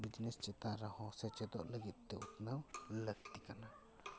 business ᱪᱮᱛᱟᱱ ᱨᱮᱦᱚᱸ ᱥᱮᱪᱮᱫᱚᱜ ᱞᱟᱹᱜᱤᱫ ᱫᱚ ᱩᱛᱱᱟᱹᱣ ᱞᱟᱹᱠᱛᱤ ᱠᱟᱱᱟ